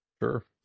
Sure